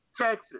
Texas